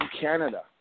Canada